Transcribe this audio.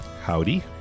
Howdy